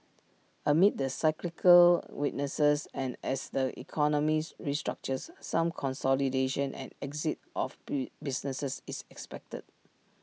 amid the cyclical weakness and as the economies restructures some consolidation and exit of businesses is expected